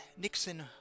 nixon